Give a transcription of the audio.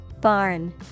Barn